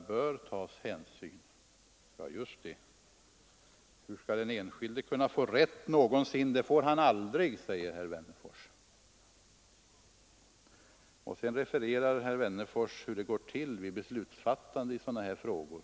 Och hur skall den enskilde någonsin kunna få rätt? Det får han aldrig, sade herr Wennerfors. Och sedan refererade herr Wennerfors hur det går till när det fattas beslut i sådana här frågor.